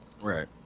Right